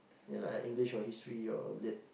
yeah English or History or Lit